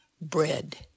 bread